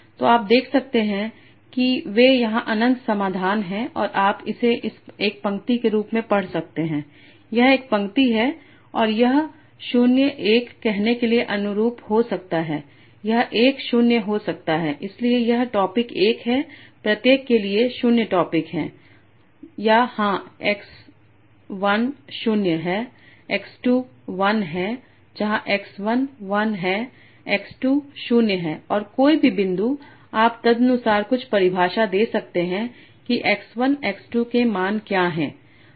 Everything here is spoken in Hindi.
तो आप देख सकते हैं कि वे यहां अनंत समाधान हैं और आप इसे एक पंक्ति के रूप में पढ़ सकते हैं यह एक पंक्ति है और यह 0 1 कहने के लिए अनुरूप हो सकता है यह 1 0 हो सकता है इसलिए यह टॉपिक 1 है प्रत्येक के लिए 0 टॉपिक है या हाँ x 1 0 है x 2 1 है जहाँ x 1 1 है x 2 0 है और कोई भी बिंदु आप तदनुसार कुछ परिभाषा दे सकते हैं कि x 1 x 2 के मान क्या हैं